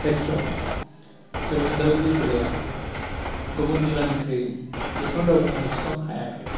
केथ्रआव जोंनि उदालगुरि जिल्लाया गुबुन जिल्लानिख्रुइ जिसिबां दावगानां एसिबां हायाखै